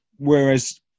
Whereas